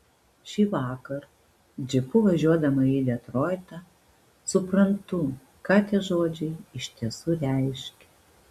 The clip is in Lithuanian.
šįvakar džipu važiuodama į detroitą suprantu ką tie žodžiai iš tiesų reiškia